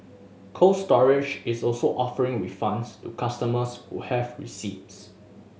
Cold Storage is also offering refunds to customers who have receipts